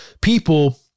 people